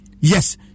Yes